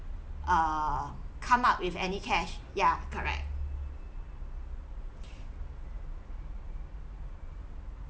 err come up with any cash yeah correct